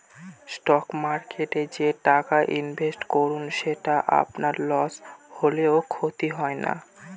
stock মার্কেটে যে টাকাটা ইনভেস্ট করুন সেটা আপনার লস হলেও ক্ষতি হয় না